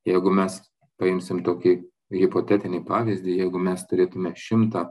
jeigu mes paimsim tokį hipotetinį pavyzdį jeigu mes turėtume šimtą